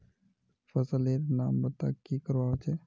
फसल लेर नाम बता की करवा होचे?